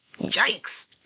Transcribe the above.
Yikes